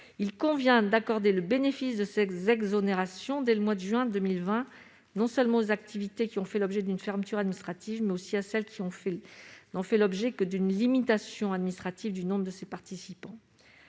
il convient d'accorder le bénéfice de cette exonération, dès le mois de juin 2020, non seulement aux activités ayant fait l'objet d'une fermeture administrative, mais aussi à celles qui n'ont fait l'objet que d'une limitation administrative du nombre de leurs participants.